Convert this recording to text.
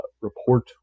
report